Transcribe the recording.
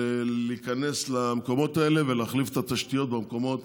להיכנס למקומות האלה ולהחליף את התשתיות במקומות